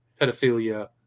pedophilia